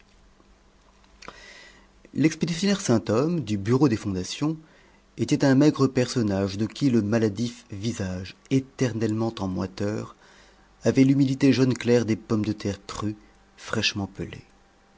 l'expéditionnaire sainthomme du bureau des fondations était un maigre personnage de qui le maladif visage éternellement en moiteur avait l'humidité jaune clair des pommes de terre crues fraîchement pelées